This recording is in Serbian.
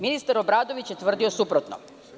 Ministar Obradović je tvrdio suprotno.